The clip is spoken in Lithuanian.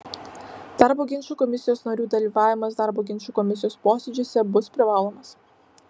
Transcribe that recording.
darbo ginčų komisijos narių dalyvavimas darbo ginčų komisijos posėdžiuose bus privalomas